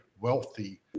wealthy